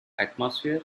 atmosphere